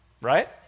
right